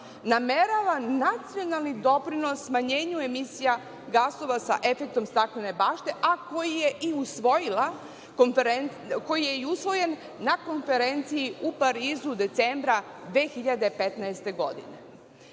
nameravan nacionalnih doprinos smanjenju emisija gasova sa efektom staklene bašte, a koji je i usvojen na Konferenciji u Parizu decembra 2015. godine. Sve